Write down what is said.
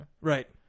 Right